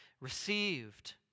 received